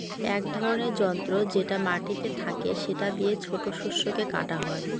এক ধরনের যন্ত্র যেটা মাটিতে থাকে সেটা দিয়ে ছোট শস্যকে কাটা হয়